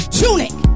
tunic